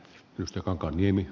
herra puhemies